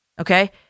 Okay